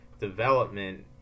development